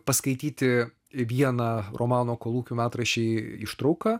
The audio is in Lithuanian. paskaityti vieną romano kolūkių metraščiai ištrauką